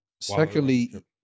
Secondly